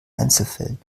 einzelfällen